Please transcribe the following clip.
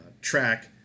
track